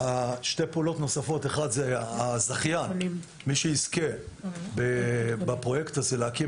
שתי פעולות נוספות אחד זה הזכיין של הפרויקט להקים